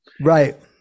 Right